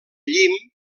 llim